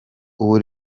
ubu